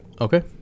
Okay